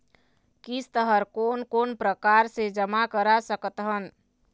किस्त हर कोन कोन प्रकार से जमा करा सकत हन?